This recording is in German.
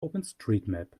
openstreetmap